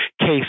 case